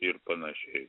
ir panašiai